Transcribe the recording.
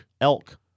Elk